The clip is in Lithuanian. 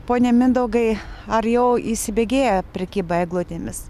pone mindaugai ar jau įsibėgėja prekyba eglutėmis